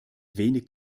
wenig